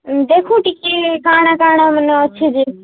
ଦେଖୁ ଟିକେ କାଣା କାଣା ମାନେ ଅଛି କି